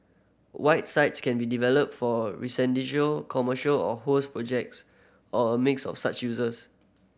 white sites can be developed for residential commercial or who's projects or a mix of such useers